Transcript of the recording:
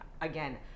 again